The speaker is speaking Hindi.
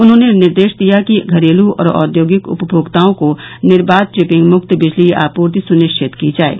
उन्होंने निर्देश दिया कि घरेलू और औद्योगिक उपभोक्ताओं को निर्बाध ट्रिपिंग मुक्त बिजली आपूर्ति सुनिश्चित की जाये